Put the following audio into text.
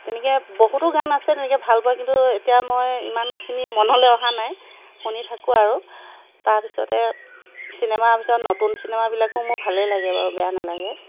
তেনেকৈ বহুতো গান আছে তেনেকৈ ভাল পোৱা কিন্তু এতিয়া মই ইমানখিনি মনলৈ অহা নাই শুনি থাকোঁ আৰু তাৰপিছতে চিনেমাৰ ভিতৰত নতুন চিনেমাবিলাকো মোৰ ভালেই লাগে বাৰু বেয়া নেলাগে